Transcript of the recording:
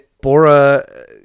Bora